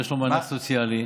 יש לו מענק סוציאלי.